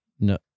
No